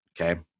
Okay